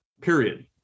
period